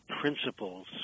principles